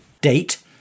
date